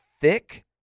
thick